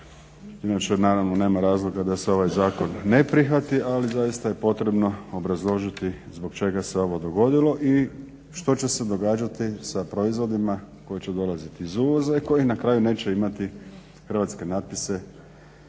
Inače naravno nema razloga da se ovaj zakon ne prihvati ali zaista je potrebno obrazložiti zbog čega se ovo dogodilo i što će se događati sa proizvodima koji će dolaziti iz uvoza i kojih na kraju neće imati hrvatske natpise